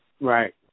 Right